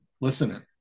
listening